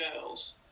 Girls